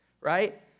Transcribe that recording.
Right